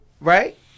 right